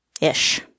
ish